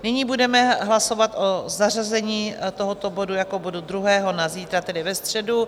Nyní budeme hlasovat o zařazení tohoto bodu jako bodu druhého na zítra, tedy ve středu.